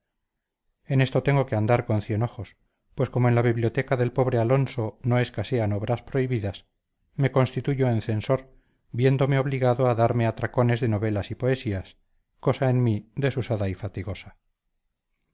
en esto tengo que andar con cien ojos pues como en la biblioteca del pobre alonso no escasean obras prohibidas me constituyo en censor viéndome obligado a darme atracones de novelas y poesías cosa en mí desusada y fatigosa